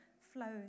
flows